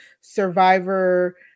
survivor